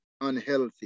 unhealthy